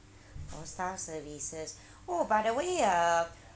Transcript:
oh staff services oh by the way uh